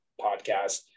podcast